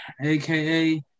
aka